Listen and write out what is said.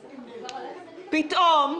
אבל פתאום,